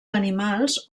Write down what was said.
animals